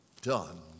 done